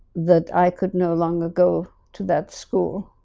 that i could no longer go to that school.